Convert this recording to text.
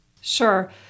Sure